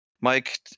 Mike